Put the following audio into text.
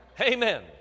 Amen